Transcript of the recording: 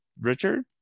Richard